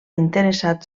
interessat